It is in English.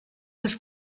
was